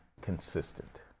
consistent